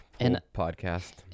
podcast